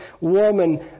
woman